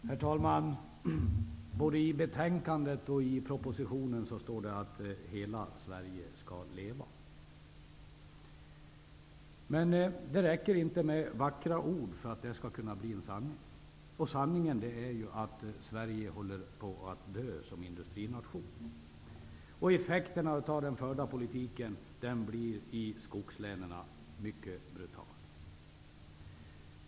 Herr talman! Både i betänkandet och i propositionen står det att hela Sverige skall leva. Men det räcker inte med vackra ord för att det skall kunna bli en sanning. Och sanningen är ju att Sverige håller på att dö som industrination. Effekterna av den förda politiken blir mycket brutal i skogslänen.